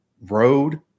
road